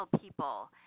people